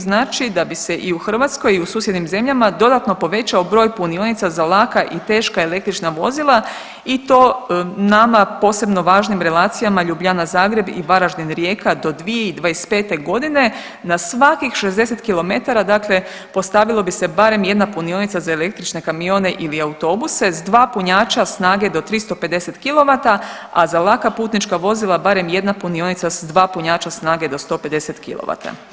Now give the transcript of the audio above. Znači da bi se i u Hrvatskoj i u susjednim zemljama dodatno povećao broj punionica za laka i teška električna vozila i to nama posebno važnim relacijama Ljubljana - Zagreb i Varaždin – Rijeka do 2025. godine na svakih 60 km, dakle postavilo bi se barem jedna punionica za električne kamione ili autobuse, sa dva punjača snage do 350 kW, a za laka putnička vozila barem jedna punionica sa dva punjača snage do 150 kW.